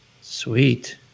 Sweet